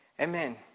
Amen